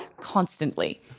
Constantly